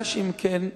יודגש, אם כן,